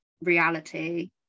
reality